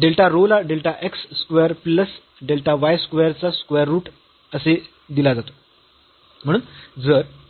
delta rho ला delta x square plus delta y square चा square root असे दिला जातो